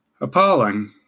appalling